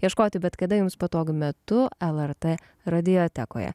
ieškoti bet kada jums patogiu metu lrt radiotekoje